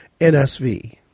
NSV